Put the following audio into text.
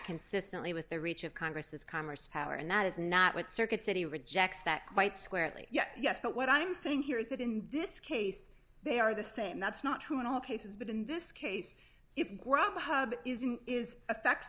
consistently with the reach of congress commerce power and that is not what circuit city rejects that quite squarely yet yes but what i'm saying here is that in this case they are the same that's not true in all cases but in this case it isn't is affects